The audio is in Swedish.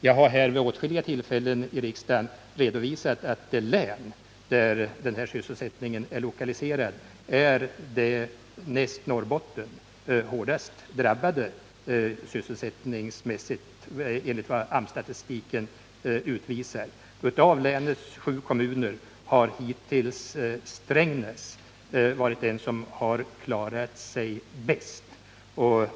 Jag har vid åtskilliga tillfällen i riksdagen redovisat att det län, till vilket den ifrågavarande sysselsättningen är lokaliserad, är det näst Norrbotten enligt AMS statistik hårdast drabbade från sysselsättningssynpunkt. Av länets sju kommuner har hittills Strängnäs klarat sig bäst.